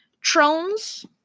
Trones